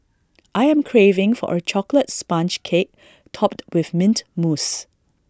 I am craving for A Chocolate Sponge Cake Topped with Mint Mousse